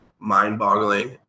mind-boggling